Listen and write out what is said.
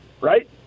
right